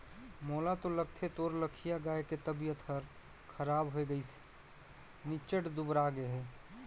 मोला तो लगथे तोर लखिया गाय के तबियत हर खराब होये गइसे निच्च्ट दुबरागे हे